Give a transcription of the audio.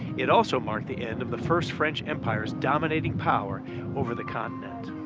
it also marked the end of the first french empire's dominating power over the continent.